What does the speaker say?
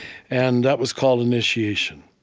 and that was called initiation.